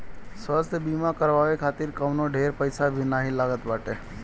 स्वास्थ्य बीमा करवाए खातिर कवनो ढेर पईसा भी नाइ लागत बाटे